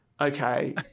okay